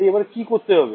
তাই এবার কি করতে হবে